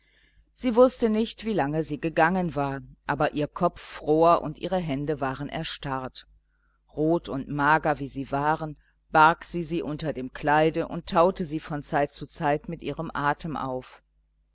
sie wußte nicht wie lange sie gegangen war aber ihr kopf fror und ihre hände waren erstarrt rot und mager wie sie waren barg sie sie unter dem kleide und taute sie von zeit zu zeit mit ihrem atem auf